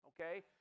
okay